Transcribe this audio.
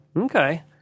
Okay